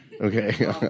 Okay